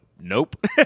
nope